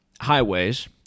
highways